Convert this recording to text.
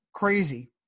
crazy